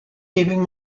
keeping